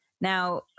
Now